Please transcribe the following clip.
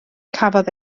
cafodd